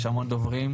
יש המון דוברים.